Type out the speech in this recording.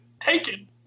taken